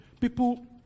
People